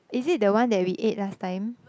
is it the one that we ate last time